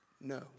No